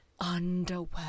underwear